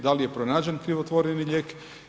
Da li je pronađen krivotvoreni lijek?